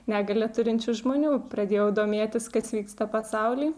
negalią turinčių žmonių pradėjau domėtis kas vyksta pasauly